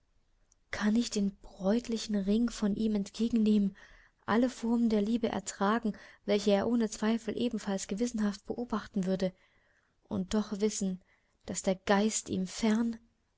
kann ich den bräutlichen ring von ihm entgegennehmen alle formen der liebe ertragen welche er ohne zweifel ebenfalls gewissenhaft beobachten würde und doch wissen daß der geist ihm fern